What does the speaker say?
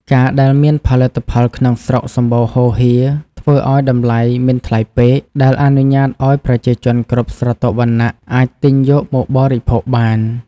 ការដែលមានផលិតផលក្នុងស្រុកសម្បូរហូរហៀរ ធ្វើឱ្យតម្លៃមិនថ្លៃពេក ដែលអនុញ្ញាតឱ្យប្រជាជនគ្រប់ស្រទាប់វណ្ណៈអាចទិញយកមកបរិភោគបាន។